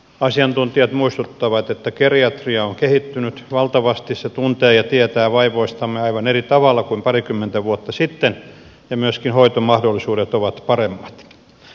asiantuntijat muistuttavat että geriatria on kehittynyt valtavasti se tuntee ja tietää vaivoistamme aivan eri tavalla kuin parikymmentä vuotta sitten ja myöskin hoitomahdollisuudet ovat paremmat